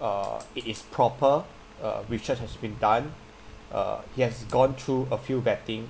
uh it is proper uh research has been done uh it has gone through a few vetting